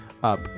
Up